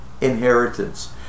inheritance